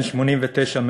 בן 89,